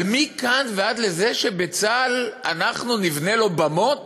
אבל מכאן ועד לזה שבצה"ל אנחנו נבנה לו במות?